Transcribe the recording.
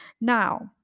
Now